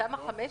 בתמ"א 15?